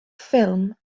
ffilm